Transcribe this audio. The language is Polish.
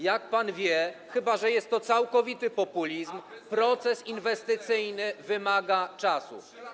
Jak pan wie, chyba że jest to całkowity populizm, proces inwestycyjny wymaga czasu.